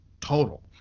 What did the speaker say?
total